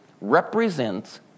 represents